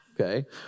okay